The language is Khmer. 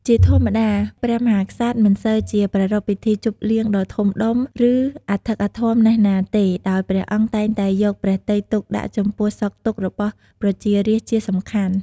ជាធម្មតា ព្រះមហាក្សត្រ មិនសូវជា ប្រារព្ធពិធីជប់លៀងដ៏ធំដុំ ឬ អធិកអធម ណាស់ណាទេ ដោយ ព្រះអង្គតែងតែយកព្រះទ័យទុកដាក់ ចំពោះ សុខទុក្ខ របស់ប្រជារាស្ត្រជាសំខាន់។